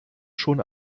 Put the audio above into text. schon